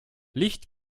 licht